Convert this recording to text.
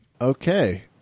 Okay